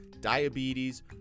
diabetes